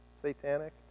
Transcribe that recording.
satanic